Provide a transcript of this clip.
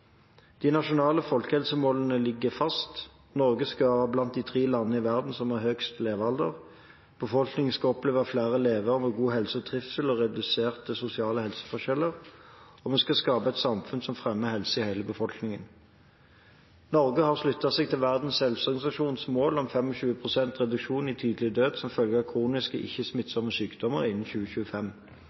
De nasjonale folkehelsemålene ligger fast: Norge skal være blant de tre landene i verden som har høyest levealder. Befolkningen skal oppleve flere leveår med god helse og trivsel og reduserte sosiale helseforskjeller. Vi skal skape et samfunn som fremmer helse i hele befolkningen. Norge har sluttet seg til Verdens helseorganisasjons mål om 25 pst. reduksjon i tidlig død som følge av kroniske ikke-smittsomme sykdommer innen 2025.